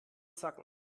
zacken